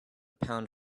pound